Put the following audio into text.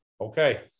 Okay